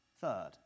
Third